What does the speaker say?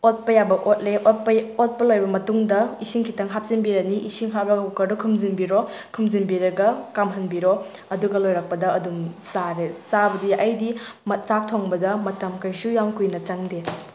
ꯑꯣꯠꯄ ꯌꯥꯕ ꯑꯣꯠꯂꯦ ꯑꯣꯠꯄ ꯑꯣꯠꯄ ꯂꯣꯏꯔꯕ ꯃꯇꯨꯡꯗ ꯏꯁꯤꯡ ꯈꯤꯇꯪ ꯍꯥꯞꯆꯤꯟꯕꯤꯔꯅꯤ ꯏꯁꯤꯡ ꯍꯥꯞꯂꯒ ꯀꯨꯀꯔꯗꯨ ꯈꯨꯝꯖꯤꯟꯕꯤꯔꯣ ꯈꯨꯝꯖꯤꯟꯕꯤꯔꯒ ꯀꯥꯝꯍꯟꯕꯤꯔꯣ ꯑꯗꯨꯒ ꯂꯣꯏꯔꯛꯄꯗ ꯑꯗꯨꯝ ꯆꯥꯕꯗꯤ ꯑꯩꯗꯤ ꯆꯥꯛ ꯊꯣꯡꯕꯗ ꯃꯇꯝ ꯀꯩꯁꯨ ꯌꯥꯝ ꯀꯨꯏꯅ ꯆꯪꯗꯦ